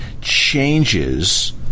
changes